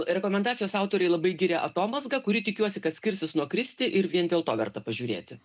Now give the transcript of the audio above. rekomendacijos autoriai labai giria atomazgą kuri tikiuosi kad skirsis nuo kristi ir vien dėl to verta pažiūrėti